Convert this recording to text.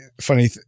funny –